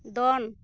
ᱫᱚᱱ